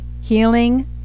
healing